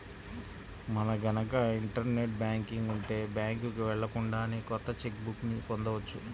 మనకు గనక internet banking ఉంటే బ్యాంకుకి వెళ్ళకుండానే కొత్త చెక్ బుక్ ని పొందవచ్చు